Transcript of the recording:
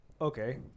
Okay